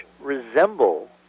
resemble